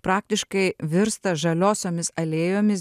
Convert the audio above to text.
praktiškai virsta žaliosiomis alėjomis